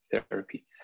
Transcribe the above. therapy